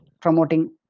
promoting